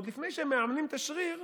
ועוד לפני שהם מאמנים את השריר,